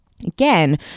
Again